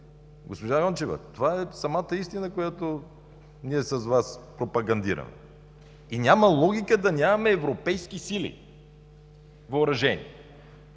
Госпожо Йончева, това е самата истина, която ние с Вас пропагандираме и няма логика да нямаме въоръжени европейски въоръжени